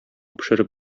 пешереп